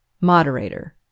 Moderator